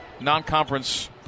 non-conference